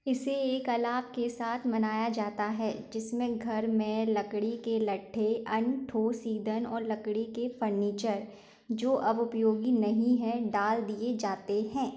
इसे एक अलाव के साथ मनाया जाता है जिसमें घर में लकड़ी के लट्ठे अन्य ठोस ईंधन और लकड़ी के फर्नीचर जो अब उपयोगी नहीं है डाल दिए जाते है